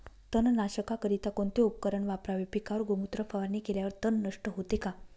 तणनाशकाकरिता कोणते उपकरण वापरावे? पिकावर गोमूत्र फवारणी केल्यावर तण नष्ट होते का?